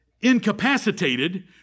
incapacitated